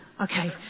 okay